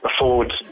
afford